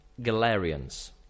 Galarian's